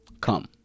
Come